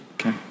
Okay